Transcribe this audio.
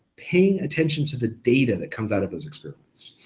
paying attention to the data that comes out of those experiments.